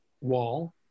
wall